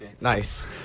Nice